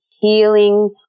healing